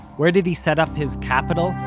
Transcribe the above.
where did he set up his capital,